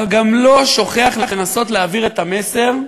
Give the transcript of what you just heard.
אבל גם לא שוכח לנסות להעביר את המסר,